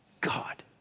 God